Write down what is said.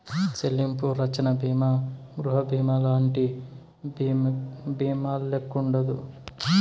చెల్లింపు రచ్చన బీమా గృహబీమాలంటి బీమాల్లెక్కుండదు